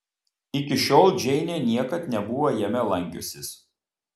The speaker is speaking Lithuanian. iki šiol džeinė niekad nebuvo jame lankiusis